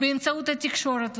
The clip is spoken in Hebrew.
באמצעות התקשורת,